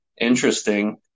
interesting